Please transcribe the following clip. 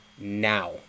now